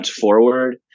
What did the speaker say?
forward